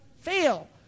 fail